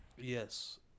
Yes